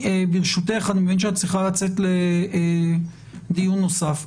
ברשותך, אני מבין שאת צריכה לצאת לדיון נוסף.